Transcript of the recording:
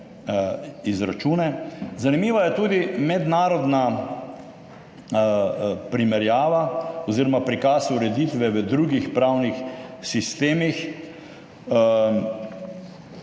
izračune. Zanimiva je tudi mednarodna primerjava oziroma prikaz ureditve v drugih pravnih sistemih.